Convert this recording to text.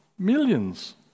Millions